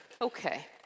Okay